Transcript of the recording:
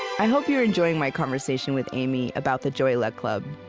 i hope you're enjoying my conversation with amy about the joy luck club.